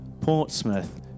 Portsmouth